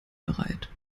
bereit